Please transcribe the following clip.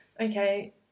Okay